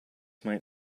might